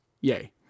Yay